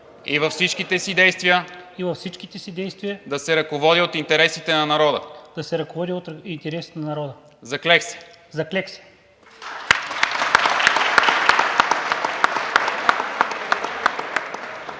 и във всичките си действия да се ръководя от интересите на народа. Заклех се!“